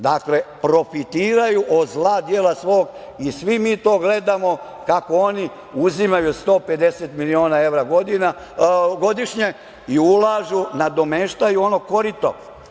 Dakle, profitiraju od zla dijela svog i svi mi to gledamo, kako oni uzimaju 150 miliona evra godišnje i ulažu, nadomeštaju ono korito.